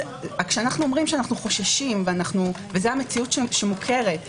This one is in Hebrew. כשאנו אומרים שאנו חוששים וזה המציאות המוכרת,